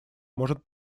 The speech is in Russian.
может